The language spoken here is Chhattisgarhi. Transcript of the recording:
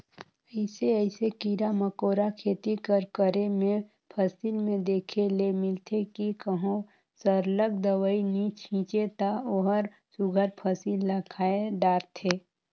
अइसे अइसे कीरा मकोरा खेती कर करे में फसिल में देखे ले मिलथे कि कहों सरलग दवई नी छींचे ता ओहर सुग्घर फसिल ल खाए धारथे